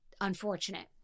unfortunate